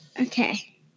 Okay